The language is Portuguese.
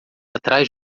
atrás